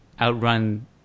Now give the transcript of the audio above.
outrun